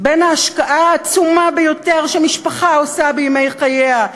בין ההשקעה העצומה ביותר שמשפחה עושה בימי חייה,